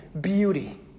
beauty